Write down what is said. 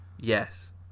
Yes